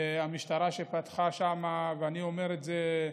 והמשטרה, שפתחה שם, ואני אומר את זה.